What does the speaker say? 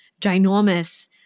ginormous